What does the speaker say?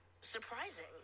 surprising